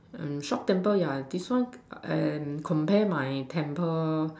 and short temper yeah this one and compare my temper